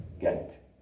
get